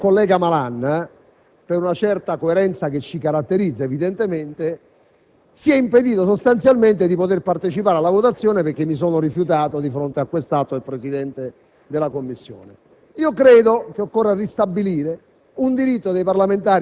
conclusione della vicenda è che a me e al collega Malan, per una certa coerenza che ci caratterizza evidentemente, si è sostanzialmente impedito di partecipare alla votazione, perché mi sono rifiutato di fronte a questo modo di procedere del Presidente della Commissione.